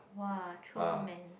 !wah! throw man